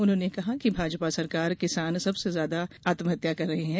उन्होने कहा कि भाजपा सरकार किसान सबसे ज्यादा आत्महत्या कर रहे है